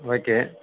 okay